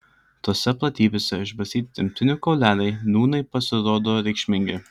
tose platybėse išbarstyti tremtinių kauleliai nūnai pasirodo reikšmingi